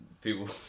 people